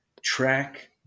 track